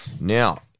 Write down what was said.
Now